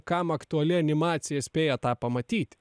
kam aktuali animacija spėja tą pamatyti